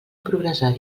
progressar